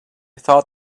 thought